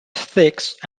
sixth